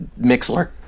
Mixler